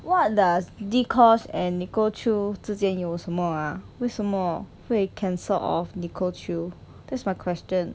what does dee-kosh and nicole choo 之间有什么啊为什么会 cancel off nicole choo that's my question